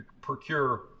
procure